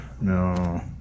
No